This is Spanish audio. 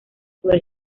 sobre